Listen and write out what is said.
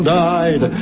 died